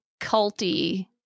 culty